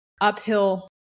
uphill